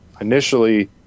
initially